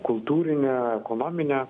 kultūrinę ekonominę